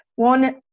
one